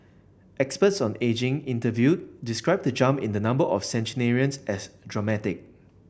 experts on ageing interviewed described the jump in the number of centenarians as dramatic